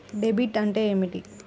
Debit అంటే ఏమిటి?